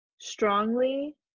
strongly